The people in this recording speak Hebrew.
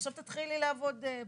עכשיו תתחילי לעבוד בכיוון.